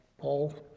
paul